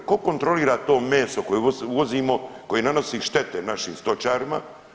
Tko kontrolira to meso koje uvozimo, koje nanosi štete našim stočarima?